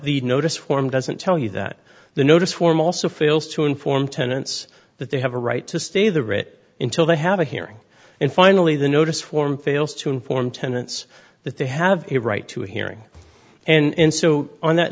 the notice form doesn't tell you that the notice form also fails to inform tenants that they have a right to stay the writ in till they have a hearing and finally the notice form fails to inform tenants that they have a right to a hearing and so on that